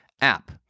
app